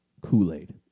Kool-Aid